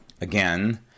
Again